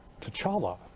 T'Challa